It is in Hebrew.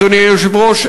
אדוני היושב-ראש,